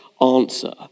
answer